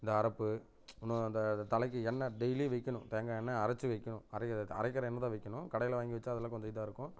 இந்த அரப்பு இன்னும் அந்த அதை தலைக்கு எண்ணெய் டெய்லியும் வைக்கணும் தேங்காய் எண்ணெய் அரைச்சு வைக்கணும் அரைகிறது அரைக்கிற எண்ணெய் தான் வைக்கணும் கடையில் வாங்கி வைச்சா அது எல்லாம் கொஞ்சம் இதாக இருக்கும்